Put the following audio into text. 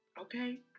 Okay